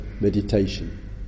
Meditation